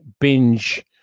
binge